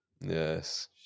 Yes